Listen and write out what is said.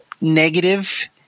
negative